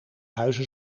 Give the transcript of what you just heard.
huizen